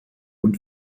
und